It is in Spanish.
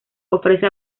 ofrece